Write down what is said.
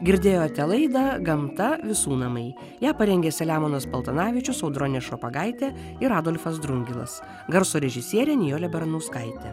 girdėjote laidą gamta visų namai ją parengė selemonas paltanavičius audronė šopagaitė ir adolfas drungilas garso režisierė nijolė baranauskaitė